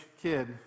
kid